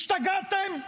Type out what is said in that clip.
השתגעתם?